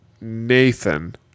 Nathan